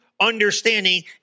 understanding